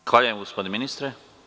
Zahvaljujem, gospodine ministre.